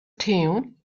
tune